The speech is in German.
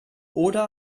oder